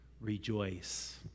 rejoice